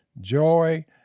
joy